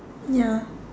ya